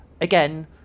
again